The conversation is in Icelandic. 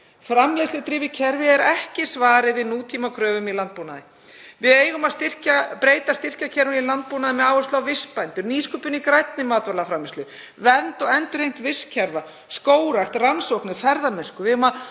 Framleiðsludrifið kerfi er ekki svarið við nútímakröfum í landbúnaði. Við eigum að breyta styrkjakerfinu í landbúnaði með áherslu á vistbændur, nýsköpun í grænni matvælaframleiðslu, vernd og endurheimt vistkerfa, skógrækt, rannsóknir og ferðamennsku.